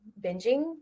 binging